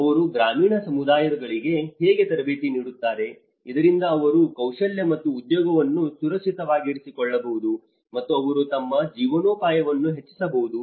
ಅವರು ಗ್ರಾಮೀಣ ಸಮುದಾಯಗಳಿಗೆ ಹೇಗೆ ತರಬೇತಿ ನೀಡುತ್ತಾರೆ ಇದರಿಂದ ಅವರು ಕೌಶಲ್ಯ ಮತ್ತು ಉದ್ಯೋಗವನ್ನು ಸುರಕ್ಷಿತವಾಗಿರಿಸಿಕೊಳ್ಳಬಹುದು ಮತ್ತು ಅವರು ತಮ್ಮ ಜೀವನೋಪಾಯವನ್ನು ಹೆಚ್ಚಿಸಬಹುದು